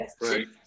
Right